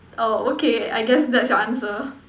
orh okay I guess that's your answer